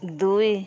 ଦୁଇ